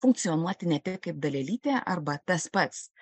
funkcionuoti ne tik kaip dalelytė arba tas pats